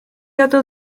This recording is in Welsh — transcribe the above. adael